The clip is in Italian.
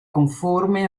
conforme